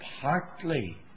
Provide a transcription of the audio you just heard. partly